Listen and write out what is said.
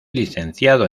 licenciado